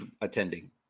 attending